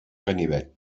ganivet